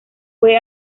fue